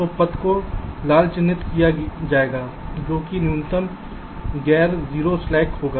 तो पथ को लाल चिह्नित किया जाएगा जो कि न्यूनतम गैर 0 स्लैक होगा